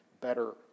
better